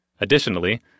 Additionally